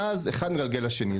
ואז אחד מגלגל לשני.